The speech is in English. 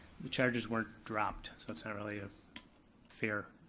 the charges weren't dropped, so it's not really a fair